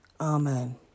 amen